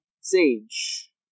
Sage